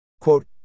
Quote